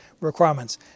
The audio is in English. requirements